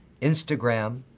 Instagram